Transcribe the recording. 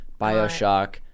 Bioshock